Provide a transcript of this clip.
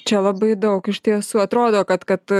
čia labai daug iš tiesų atrodo kad kad